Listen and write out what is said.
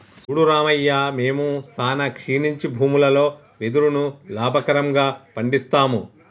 సూడు రామయ్య మేము సానా క్షీణించి భూములలో వెదురును లాభకరంగా పండిస్తాము